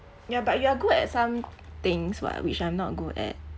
ya but you are good at some things [what] which I'm not good at